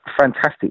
fantastic